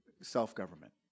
self-government